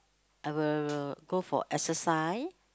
I will go for exercise